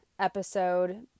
episode